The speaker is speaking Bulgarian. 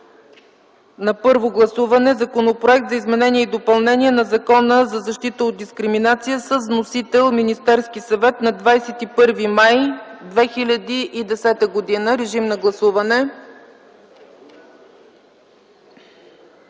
на първо гласуване Законопроект за изменение и допълнение на Закона за защита от дискриминация, с вносител Министерския съвет на 21 май 2010 г. Гласували